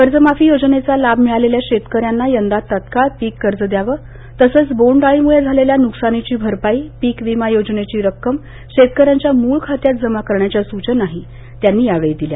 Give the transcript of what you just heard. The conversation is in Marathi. कर्जमाफी योजनेचा लाभ मिळालेल्या शेतकऱ्यांना यंदा तत्काळ पीक कर्ज द्यावं तसच बोंड अळीमुळे झालेल्या नुकसानीची भरपाई पीक विमा योजनेची रक्कम शेतकऱ्यांच्या मूळ खात्यात जमा करण्याच्या सूचनाही त्यांनी यावेळी दिल्या